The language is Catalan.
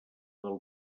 del